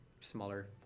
smaller